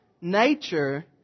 nature